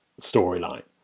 storyline